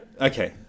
Okay